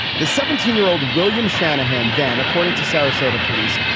the seventeen year old william shanahan, then, according to sarasota police,